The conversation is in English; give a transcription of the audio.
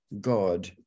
God